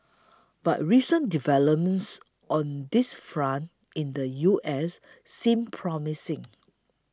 but recent developments on this front in the U S seem promising